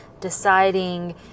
deciding